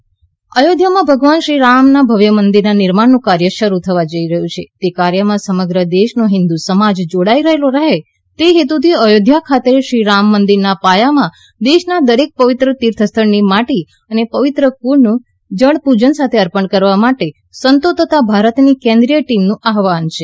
રામ ભવ્ય મંદિર નિર્માણ અયોધ્યામાં ભગવાન શ્રીરામના ભવ્ય મંદિર નિર્માણનું કાર્ય શરૂ થવા જઈ રહ્યું છે તે કાર્યમાં સમગ્ર દેશનો હિન્દુ સમાજ જોડાયેલો રહે તે હેતુથી અયોધ્યા ખાતે શ્રીરામ મંદિરના પાયામાં દેશના દરેક પવિત્ર તીર્થસ્થળની માટી અને પવિત્ર કુંડનું જળ પૂજન સાથે અર્પણ કરવા માટે સંતો તથા ભારતની કેન્દ્રીય ટિમનું આહવાન છે